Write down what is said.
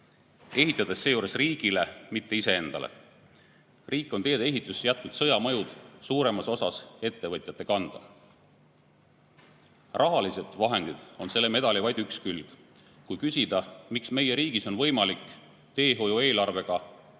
ehitades seejuures riigile, mitte iseendale. Riik on tee-ehituses jätnud sõja mõjud suuremas osas ettevõtjate kanda. Rahalised vahendid on vaid selle medali üks külg. Kui küsida, miks meie riigis on võimalik teehoiu eelarvega